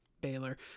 Baylor